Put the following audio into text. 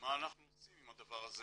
מה אנחנו עושים עם הדבר הזה.